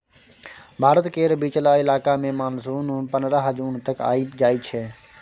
भारत केर बीचला इलाका मे मानसून पनरह जून तक आइब जाइ छै